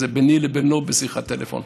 זה ביני לבינו בשיחת טלפון.